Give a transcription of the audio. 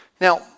Now